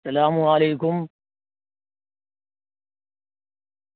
السّلام علیکم